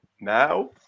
Now